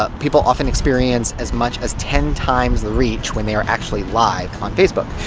ah people often experience as much as ten times the reach when they are actually live on facebook.